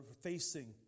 facing